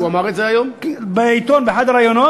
הוא אמר את זה היום באחד הראיונות,